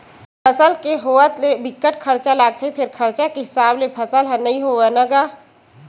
फसल के होवत ले बिकट खरचा लागथे फेर खरचा के हिसाब ले फसल ह नइ होवय न गा